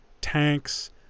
tanks